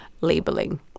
labeling